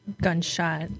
gunshot